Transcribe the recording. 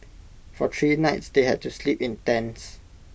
for three nights they had to sleep in tents